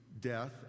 death